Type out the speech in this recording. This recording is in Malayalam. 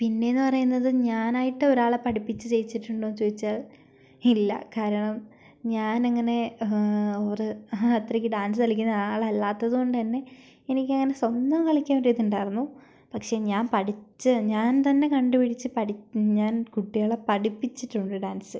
പിന്നെന്നു പറയുന്നത് ഞാനായിട്ട് ഒരാളെ പഠിപ്പിച്ച് ചെയ്യിച്ചിട്ടുണ്ടോന്ന് ചോദിച്ചാൽ ഇല്ല കാരണം ഞാനങ്ങനെ ഒരു അത്രക്ക് ഡാൻസ് കളിക്കുന്ന ആളല്ലാത്തതുകൊണ്ടു തന്നെ എനിക്കങ്ങനെ സ്വന്തം കളിക്കാനിതൊണ്ടാരുന്നു പക്ഷേ ഞാൻ പഠിച്ച ഞാൻ തന്നെ കണ്ടുപിടിച്ച് ഞാൻ കുട്ടികളെ പഠിപ്പിച്ചിട്ടുണ്ട് ഡാൻസ്